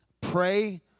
pray